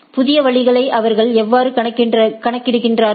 புதிய வழிகளை அவர்கள் எவ்வாறு கணக்கிடுகிறார்கள்